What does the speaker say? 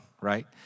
right